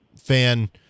fan